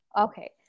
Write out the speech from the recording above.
Okay